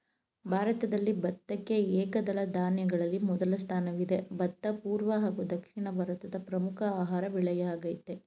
ಭಾರತದಲ್ಲಿ ಭತ್ತಕ್ಕೆ ಏಕದಳ ಧಾನ್ಯಗಳಲ್ಲಿ ಮೊದಲ ಸ್ಥಾನವಿದೆ ಭತ್ತ ಪೂರ್ವ ಹಾಗೂ ದಕ್ಷಿಣ ಭಾರತದ ಪ್ರಮುಖ ಆಹಾರ ಬೆಳೆಯಾಗಯ್ತೆ